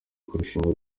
kurushinga